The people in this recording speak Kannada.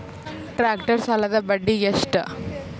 ಟ್ಟ್ರ್ಯಾಕ್ಟರ್ ಸಾಲದ್ದ ಬಡ್ಡಿ ಎಷ್ಟ?